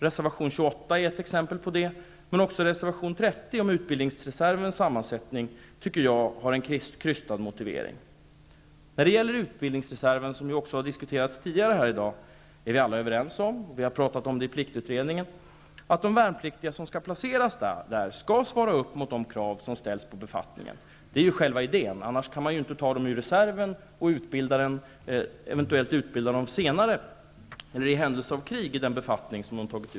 Reservation 28 är ett exempel på det men också reservation 30 om utbildningsreservens sammansättning som jag tycker har en krystad motivering. När det gäller utbildningsreserven är vi alla överens om, och det har vi diskuterat igenom i pliktutredningen, att de värnpliktiga som placeras där skall svara upp mot de krav som ställs på befattningen. Det är själva idén. Annars kan man inte ta dem från reservanterna och eventuellt utbilda dem senare i händelse av krig.